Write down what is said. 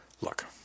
Look